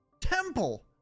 temple